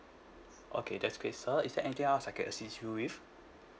okay that's great sir is there anything else I can assist you with